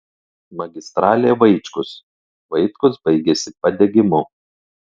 magistralė vaičkus vaitkus baigiasi padegimu